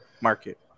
market